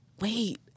Wait